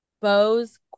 Bose